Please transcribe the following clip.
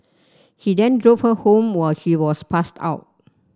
he then drove her home while she was passed out